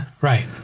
Right